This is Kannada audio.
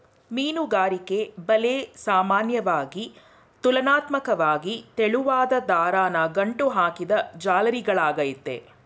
ಮೀನುಗಾರಿಕೆ ಬಲೆ ಸಾಮಾನ್ಯವಾಗಿ ತುಲನಾತ್ಮಕ್ವಾಗಿ ತೆಳುವಾದ್ ದಾರನ ಗಂಟು ಹಾಕಿದ್ ಜಾಲರಿಗಳಾಗಯ್ತೆ